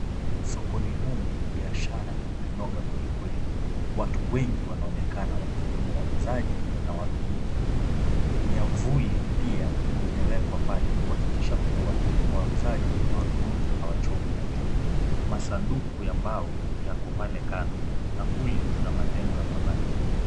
Sokoni humu bishara imenoga kwelikweli. Watu wengi wanaonekana wakiwemo wauzaji na wanunuzi. Miavuli pia imewekwa pale kuhakikisha kuwa wauzaji na wanunuzi hawachomwi na jua. Masanduku ya mbao yako pale kando na kule kuna majengo ya mabati.